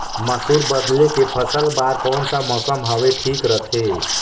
मसुर बदले के फसल बार कोन सा मौसम हवे ठीक रथे?